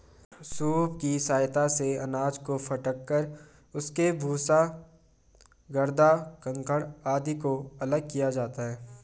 soup की सहायता से अनाज को फटक कर उसके भूसा, गर्दा, कंकड़ आदि को अलग किया जाता है